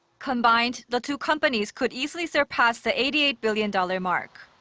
combined, the two companies could easily surpass the eighty eight billion dollar mark.